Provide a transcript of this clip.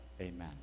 Amen